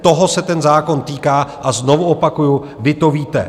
Toho se ten zákon týká a znovu opakuju, vy to víte.